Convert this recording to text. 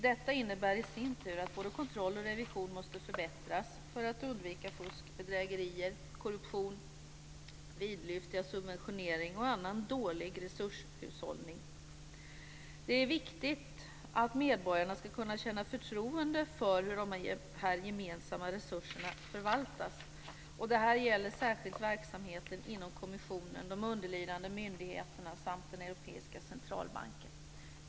Detta innebär i sin tur att både kontroll och revision måste förbättras för att man ska undvika fusk, bedrägerier, korruption, vidlyftiga subventioner och annan dålig resurshushållning. Det är viktigt att medborgarna ska kunna känna förtroende för hur de gemensamma resurserna förvaltas. Detta gäller särskilt verksamheten inom kommissionen, de underlydande myndigheterna och den europeiska centralbanken.